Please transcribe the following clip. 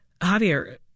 Javier